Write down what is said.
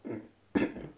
mm